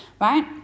right